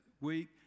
week